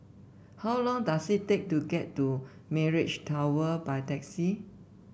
how long does it take to get to Mirage Tower by taxi